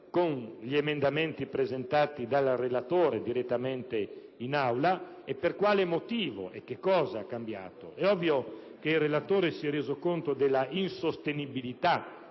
con gli emendamenti presentati dal relatore direttamente in Aula. Ma per quale motivo, e che cosa è cambiato? Ovviamente, il relatore si è reso conto della insostenibilità